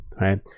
right